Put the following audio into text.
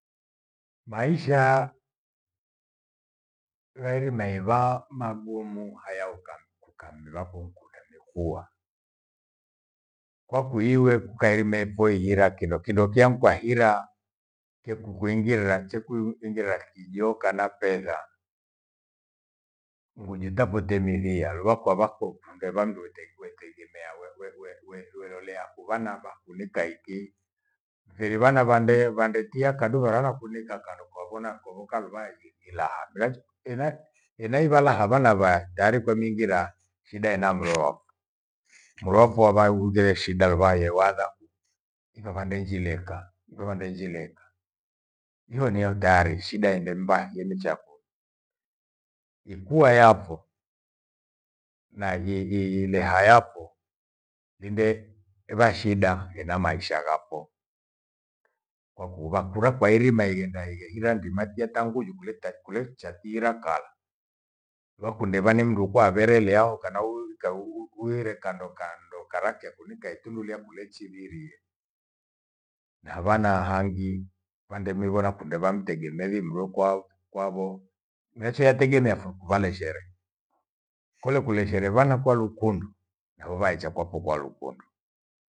. Maisha ghairima iva magumu haya uka- ukamvivako uku ndani kua. Kwaki iwe kukairima ipho ighira kindo kindo kyamka hira kyeku kwehingira cheku- ui- ingira kijo kana petha. Unguji tafute mithiya lua kwavako handu wevamtu wataigwe teigemea we- we- werolea kuvana vanakunika hiki. Mfiri vana vandee vandetia kadu gharakakunika kwano kwa vona khoho kaluva ivi nyilaha. Miracho ena- ena ivala havana va taari kwemighira shida ena mro wako. Murofo havai hughire shida luva iye wadha ifavandenjileka ifavandnjileka. Hio neo taari shida indemmba yemiche ghako. Ikua yapho na i- i- ile hapho linde vashida hena maisha ghako. Kwaku vakura kwae rima ighenda ira ndima tia tanguju kuleta kulecha thihira kala. Wakunde vani mndu kwa vere lehau kana uwiwika u- ughire kando kando kara kyakunika itundu lia kule chidi rie. Na vana hangi vandemivona kunde vamtegemethi mreo kwau kwagho. Mrechi ategemea pho valechare kole kulereshe vana kwalukundu nao vaicha kwako kwalukundu